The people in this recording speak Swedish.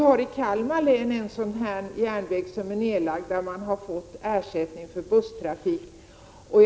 I Kalmar län har ersättning till busstrafik utgått sedan en järnvägslinje lagts ned.